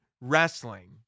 wrestling